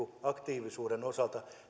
aktiivisuuden osalta